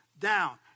down